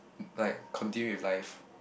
like continue with life